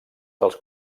dels